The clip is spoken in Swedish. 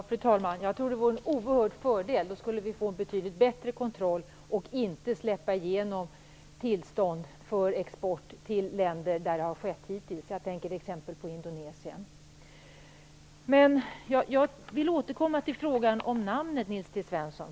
Fru talman! Jag tror att det vore en oerhört stor fördel. Då skulle vi få en betydligt bättre kontroll och inte släppa igenom tillstånd för export till länder på det sätt som har skett hittills - jag tänker t.ex. på Indonesien. Jag vill återkomma till frågan om namnet, Nils T Svensson.